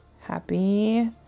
Happy